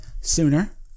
sooner